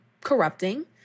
corrupting